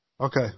Okay